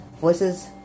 Voices